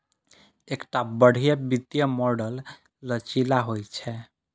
एकटा बढ़िया वित्तीय मॉडल लचीला होइ छै